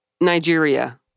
Nigeria